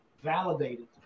validated